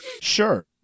sure